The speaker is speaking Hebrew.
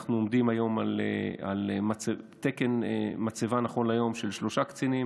אנחנו עומדים היום על תקן מצבה של שלושה קצינים,